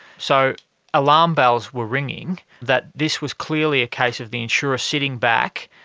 so alarm bells were ringing that this was clearly a case of the insurer sitting back,